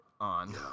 on